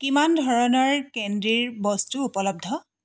কিমান ধৰণৰ কেণ্ডিৰ বস্তু উপলব্ধ